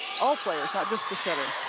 all players, not just the setter.